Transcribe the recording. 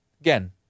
again